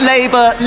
Labour